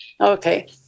Okay